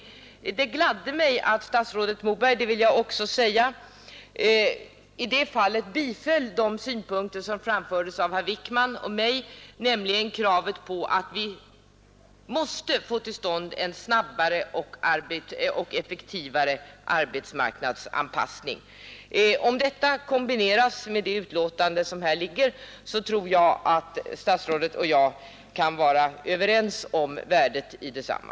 Jag vill gärna säga att det gladde mig att statsrådet Moberg i sitt anförande biträdde de synpunkter, som framfördes av herr Wijkman och mig, nämligen kravet att vi redan nu måste få till stånd en snabbare och effektivare arbetsmarknadsanpassning. Om detta kombineras med det betänkande som här ligger, tror jag att statsrådet och jag kan vara överens om värdet i detsamma.